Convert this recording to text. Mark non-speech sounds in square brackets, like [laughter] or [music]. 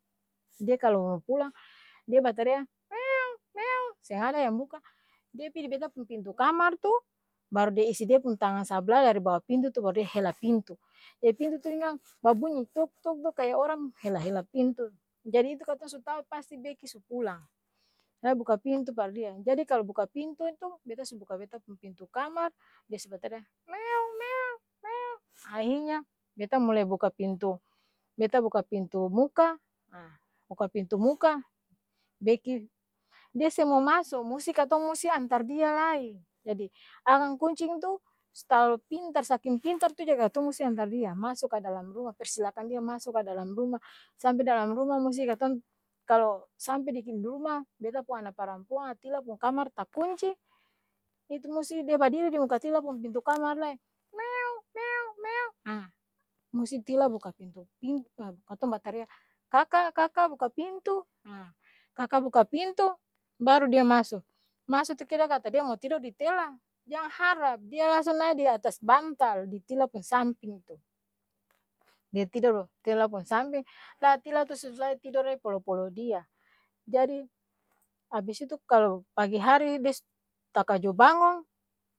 Dia kalo pulang, dia batarea meeoong meeong seng ada yang buka, dia pi di beta pung pintu kamar tu, baru dia isi dia pung tangang sabla dari bawa pintu tu baru dia hela pintu, e pintu tu ini kan babunyi tuk tuk tuk kaya orang hela-hela pintu, jadi itu katong su tau pasti beki su pulang, la buka pintu par dia, jadi kalo buka pintu itu, beta su buka beta pung pintu kamar, dia su bataria meoong meoong meongg ahi nya, beta mulai buka pintu, beta buka pintu muka, aa buka pintu muka, beki dia seng mau maso, musti katong musti antar dia lai, jadi akang kuncing tu, su talalu pintar saking [noise] pintar tu jadi katong musti antar dia maso ka dalam ruma, persilakan dia maso ka dalam ruma, sampe dalam ruma musti katong kalo sampe di rumah beta pung ana parampuang atila pung kamar takunci, itu musti dia badiri di muka atila pung pintu kamar lai, meoong meoong meongg haa musti tila buka pintu pintu-la katong batarea kaka, kaka, buka pintu! Ha, kaka buka pintu, baru dia maso, maso tu kira kata dia mo tidor di tela? Jang harap! Dia langsung nae di atas bantal, di tila pung samping tu, dia tidur tila pung samping, la tila tu sesuai tidor lai polo-polo dia, jadi, abis itu kalo pagi hari de su takajo bangong.